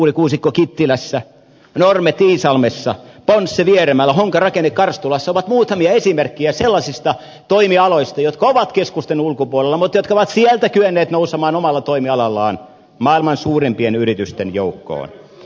suurikuusikko kittilässä normet iisalmessa ponsse vieremällä honkarakenne karstulassa ovat muutamia esimerkkejä sellaisista toimialoista jotka ovat keskusten ulkopuolella mutta jotka ovat sieltä kyenneet nousemaan omalla toimialallaan maailman suurimpien yritysten joukkoon